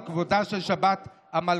על כבודה של שבת המלכה: